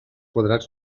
quadrats